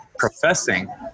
professing